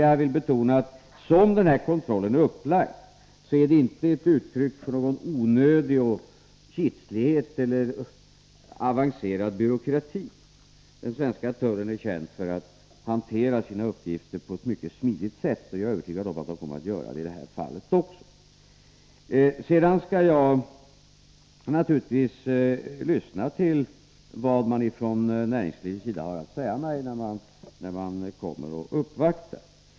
Jag vill betona att den här kontrollen som den är upplagd inte är ett uttryck för något onödigt, någon kitslighet eller för någon avancerad byråkrati. Den svenska tullen är känd för att hantera sina uppgifter på ett mycket smidigt sätt, och jag är övertygad om att den kommer att göra det i det här fallet också. Sedan skall jag naturligtvis lyssna till vad man från näringslivets sida har att säga mig, när man kommer och uppvaktar.